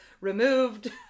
removed